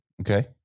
Okay